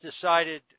decided